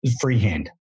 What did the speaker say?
freehand